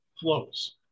flows